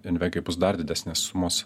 invegai bus dar didesnės sumos